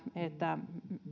että